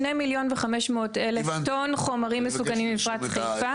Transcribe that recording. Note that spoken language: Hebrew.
2.500 מיליון טון חומרים מסוכנים במפרץ חיפה.